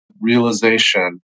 realization